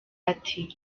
ati